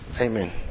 Amen